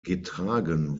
getragen